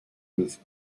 with